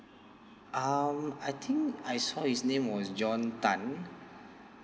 um I think I saw his name was john tan